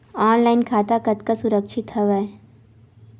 Online खाता कतका सुरक्षित हवय?